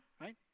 Right